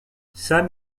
sam